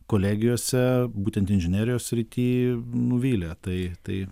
kolegijose būtent inžinerijos srity nuvylė tai tai